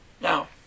Now